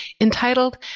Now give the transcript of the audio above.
entitled